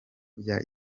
bya